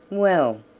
well,